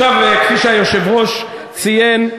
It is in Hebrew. עכשיו, כפי שהיושב-ראש ציין,